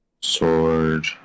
sword